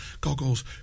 goggles